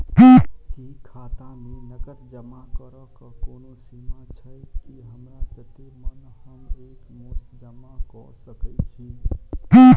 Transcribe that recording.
की खाता मे नगद जमा करऽ कऽ कोनो सीमा छई, की हमरा जत्ते मन हम एक मुस्त जमा कऽ सकय छी?